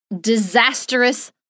disastrous